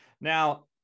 Now